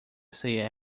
say